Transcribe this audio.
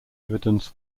evidence